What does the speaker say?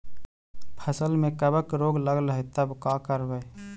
फसल में कबक रोग लगल है तब का करबै